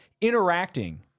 Interacting